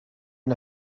and